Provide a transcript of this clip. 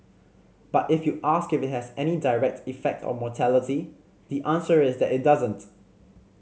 but if you ask if it has any direct effect on mortality the answer is that it doesn't